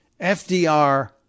FDR